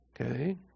Okay